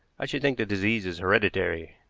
i should think the disease is hereditary.